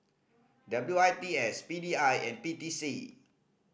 W I T S P D I and P T C